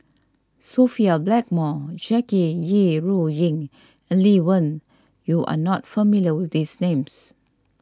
Sophia Blackmore Jackie Yi Ru Ying and Lee Wen you are not familiar with these names